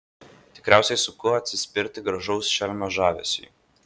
tikriausiai sunku atsispirti gražaus šelmio žavesiui